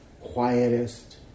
quietest